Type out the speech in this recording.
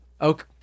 Okay